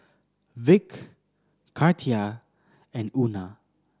Vick Katia and Euna